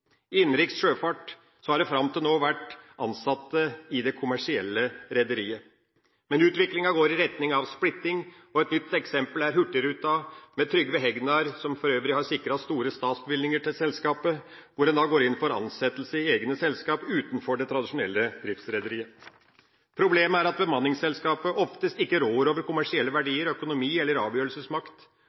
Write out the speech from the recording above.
I innenriks sjøfart har man fram til nå vært ansatt i det kommersielle rederiet. Men utviklinga går i retning av splitting. Et nytt eksempel er hurtigruta, med Trygve Hegnar som stor eier, som for øvrig har sikret store statsbevilgninger til selskapet, hvor en går inn for ansettelse i egne selskap utenfor det tradisjonelle driftsrederiet. Problemet er at bemanningsselskapet oftest ikke rår over kommersielle verdier, økonomi eller avgjørelsesmakt